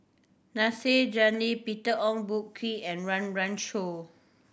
Nasir Peter Ong Boon Kwee and Run Run Shaw